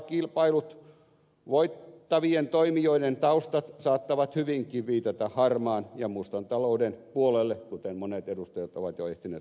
kilpailut voittavien toimijoiden taustat saattavat vastaavalla tavalla hyvinkin viitata harmaan ja mustan talouden puolelle kuten monet edustajat ovat jo ehtineet todeta